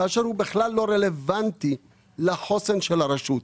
כאשר הוא בכלל לא רלוונטי לחוסן של הרשות.